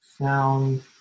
sound